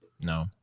No